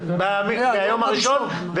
מהיום הראשון?